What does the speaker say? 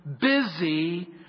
busy